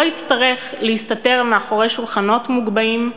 לא יצטרך להסתתר מאחורי שולחנות מוגבהים,